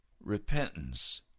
repentance